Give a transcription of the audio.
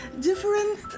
different